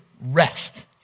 rest